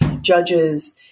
judges